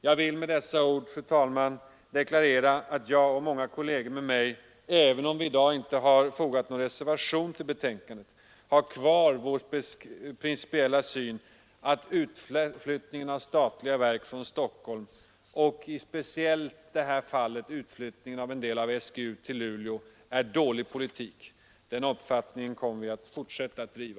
Jag vill med dessa ord, fru talman, deklarera att jag och många kolleger med mig, även om vi i dag inte fogat någon reservation till betänkandet, har kvar vår principiella syn att utflyttningen av statliga verk från Stockholm och speciellt när det gäller utflyttningen av SGU till Luleå är dålig politik. Den uppfattningen kommer vi att fortsätta att driva.